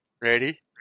Ready